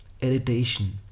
Irritation